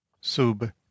sub